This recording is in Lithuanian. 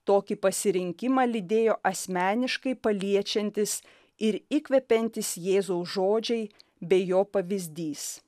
tokį pasirinkimą lydėjo asmeniškai paliečiantis ir įkvepiantys jėzaus žodžiai bei jo pavyzdys